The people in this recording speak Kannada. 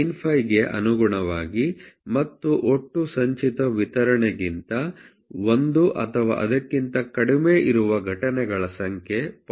95 ಗೆ ಅನುಗುಣವಾಗಿ ಮತ್ತು ಒಟ್ಟು ಸಂಚಿತ ವಿತರಣೆಗಿಂತ 1 ಅಥವಾ ಅದಕ್ಕಿಂತ ಕಡಿಮೆ ಇರುವ ಘಟನೆಗಳ ಸಂಖ್ಯೆ 0